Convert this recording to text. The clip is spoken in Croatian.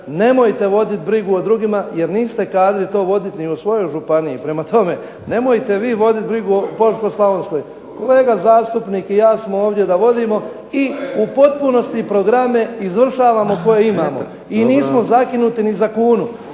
nemojte vodit brigu o drugima jer niste kadri to voditi ni u svojoj županiji. Prema tome, nemojte vi voditi brigu o Požeško-slavonskoj. Kolega zastupnik i ja smo ovdje da vodimo i u potpunosti programe izvršavamo koje imamo i nismo zakinuti ni za kunu.